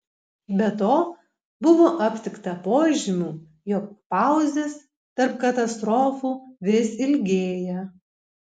be to buvo aptikta požymių jog pauzės tarp katastrofų vis ilgėja